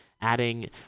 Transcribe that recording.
adding